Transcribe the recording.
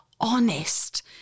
honest